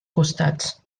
costats